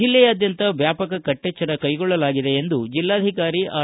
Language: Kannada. ಜಿಲ್ಲೆಯಾದ್ಯಂತ ವ್ಲಾಪಕ ಕಟ್ಟೆಜ್ಲರ ಕೈಗೊಳ್ಳಲಾಗಿದೆ ಎಂದು ಜಿಲ್ಲಾಧಿಕಾರಿ ಆರ್